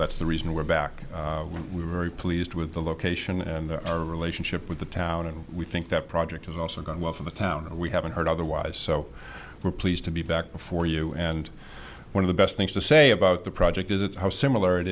that's the reason we're back we're very pleased with the location and our relationship with the town and we think that project is also going well for the town and we haven't heard otherwise so we're pleased to be back before you and one of the best things to say about the project is it's how similar it